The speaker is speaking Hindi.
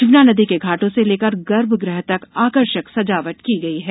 शिवना नदी के घाटों से लेकर गर्भगृह तक आकर्षक सजावट की गई है